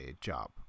job